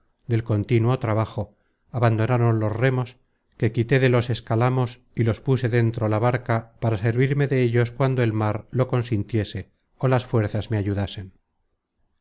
del contínuo trabajo abandonaron los remos que quité de los escalamos y los puse dentro la barca para servirme dellos cuando el mar lo consintiese ó las fuerzas me ayudasen